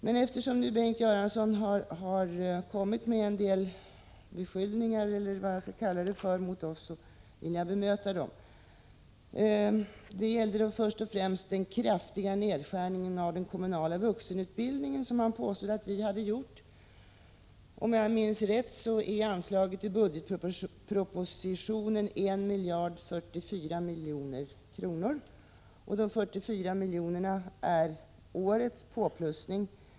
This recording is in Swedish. Men eftersom Bengt Göransson nu gjort en del beskyllningar eller vad jag skall kalla det för mot oss vill jag bemöta dem. Först och främst påstod Bengt Göransson att vi hade gjort en kraftig nedskärning av den kommunala vuxenutbildningen. Om jag minns rätt är anslaget i budgetpropositionen 1 044 milj.kr. De 44 miljonerna är årets påplussning.